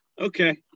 okay